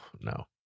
no